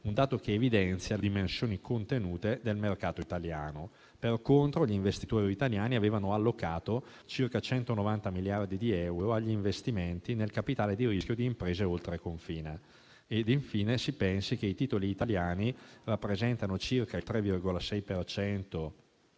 un dato che evidenzia le dimensioni contenute del mercato italiano. Per contro, gli investitori italiani avevano allocato circa 190 miliardi di euro agli investimenti nel capitale di rischio di imprese oltreconfine. Infine, si pensi che i titoli italiani rappresentano circa il 3,6